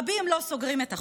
רבים לא סוגרים את החודש,